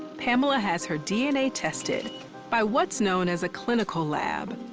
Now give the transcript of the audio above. pamela has her dna tested by what's known as a clinical lab,